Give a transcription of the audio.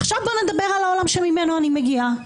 עכשיו בואו נדבר על העולם שממנו אני מגיעה.